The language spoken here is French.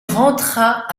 rentra